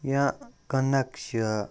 یا کٕنک چھُ